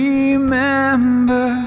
Remember